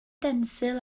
denzil